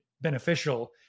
beneficial